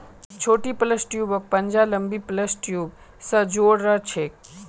छोटी प्लस ट्यूबक पंजा लंबी प्लस ट्यूब स जो र छेक